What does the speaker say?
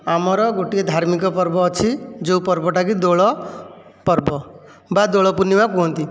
ଆମର ଗୋଟିଏ ଧାର୍ମିକ ପର୍ବ ଅଛି ଯେଉଁ ପର୍ବଟାକି ଦୋଳ ପର୍ବ ବା ଦୋଳ ପୂର୍ଣ୍ଣିମା କୁହନ୍ତି